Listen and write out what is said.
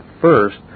First